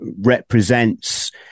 represents